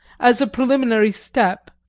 as a preliminary step,